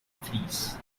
fleas